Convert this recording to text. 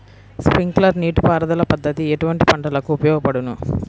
Sprinkler నీటిపారుదల పద్దతి ఎటువంటి పంటలకు ఉపయోగపడును?